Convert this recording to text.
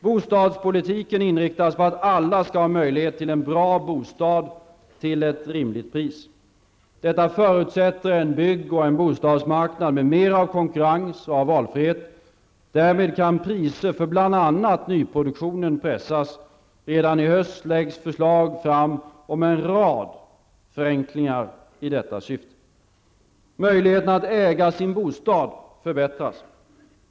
Bostadspolitiken inriktas på att alla skall ha möjlighet till en bra bostad till ett rimligt pris. Detta förutsätter en bygg och bostadsmarknad med mer av konkurrens och valfrihet. Därmed kan priser för bl.a. nyproduktionen pressas. Redan i höst läggs förslag fram om en rad förenklingar i detta syfte. Möjligheterna att äga sin bostad förbättras.